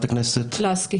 חברת הכנסת לסקי.